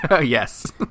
yes